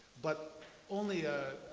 but only